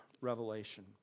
Revelation